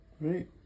Right